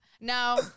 Now